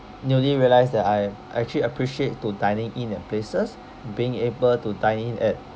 newly realised that I actually appreciate to dining in at places being able to dine in at